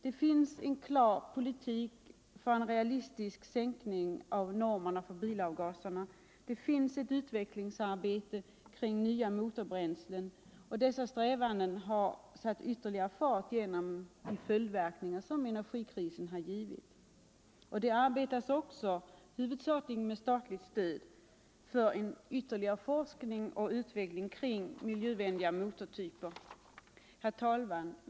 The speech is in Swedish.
Det förs en klar politik för en realistisk sänkning av normerna för bilavgaserna. Det pågår ett utvecklingsarbete kring nya motorbränslen, och dessa strävanden har tagit ytterligare fart på grund av energikrisens följdverkningar. Det arbetas också — huvudsakligen med statligt stöd — för ytterligare forskning kring och utveckling av miljövänliga motortyper. Herr talman!